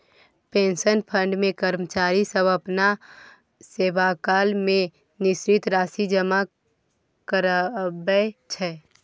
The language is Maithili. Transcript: पेंशन फंड मे कर्मचारी सब अपना सेवाकाल मे निश्चित राशि जमा कराबै छै